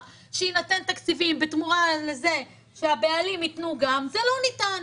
שיינתנו תקציבים בתמורה לזה שהבעלים ייתנו גם זה לא ניתן.